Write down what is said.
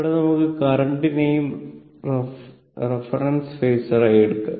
ഇവിടെ നമുക്ക് കറന്റിനെയും റഫറൻസ് ഫേസർ ആയി എടുക്കാം